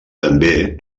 també